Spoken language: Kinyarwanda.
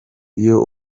iyo